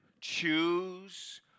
choose